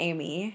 Amy